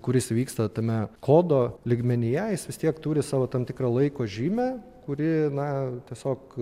kuris vyksta tame kodo lygmenyje jis vis tiek turi savo tam tikrą laiko žymę kuri na tiesiog